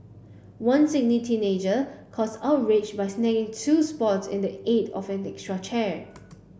one Sydney teenager caused outrage by snagging two spots in the aid of an extra chair